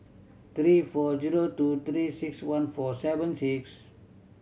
three four zero two Three Six One four seven six